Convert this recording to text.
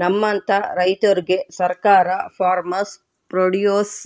ನಮ್ಮಂತ ರೈತುರ್ಗೆ ಸರ್ಕಾರ ಫಾರ್ಮರ್ಸ್ ಪ್ರೊಡ್ಯೂಸ್